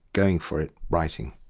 going for it writing.